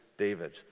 David